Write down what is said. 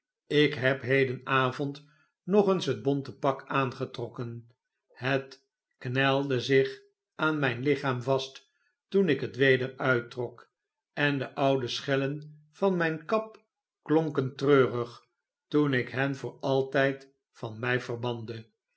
ik heb hedenavond nog eens hetbontepak aangetrokken het knelde zich aan mijn lichaam vast toen ik het weder uittrok en de oude schellen van mijne kap klonken treurig toen ik hen voor altijd van mij verbande